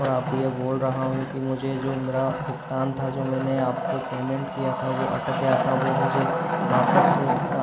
और अब भी ये बोल रहा हूँ कि मुझे जो मेरा भुगतान था जो मैंने आप को पेमेंट किया था वो अटक गया था वो मुझे वापस